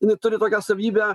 jinai turi tokią savybę